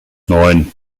neun